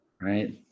right